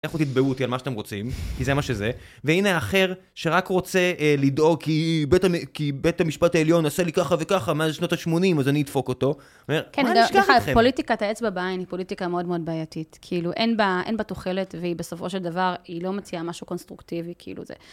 לכו תתבעו אותי על מה שאתם רוצים, כי זה מה שזה, והנה האחר שרק רוצה לדאוג, כי בית המשפט העליון עשה לי ככה וככה, מאז שנות ה-80, אז אני אדפוק אותו. כן, בכלל, פוליטיקת האצבע בעין היא פוליטיקה מאוד מאוד בעייתית. כאילו, אין בה תוחלת, ובסופו של דבר, היא לא מציעה משהו קונסטרוקטיבי, כאילו זה...